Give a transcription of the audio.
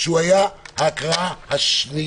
שהיה ההצבעה השנייה.